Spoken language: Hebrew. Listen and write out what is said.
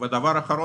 ודבר אחרון,